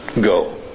Go